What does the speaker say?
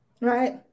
Right